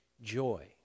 joy